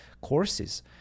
courses